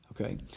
okay